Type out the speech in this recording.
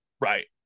Right